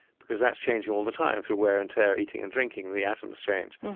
because that's changing all the time. through wear and tear, eating and drinking, the atoms change.